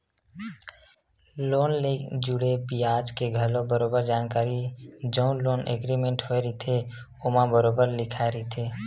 loan ले जुड़े बियाज के घलो बरोबर जानकारी जउन लोन एग्रीमेंट होय रहिथे ओमा बरोबर लिखाए रहिथे